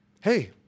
hey